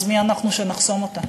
אז מי אנחנו שנחסום אותה.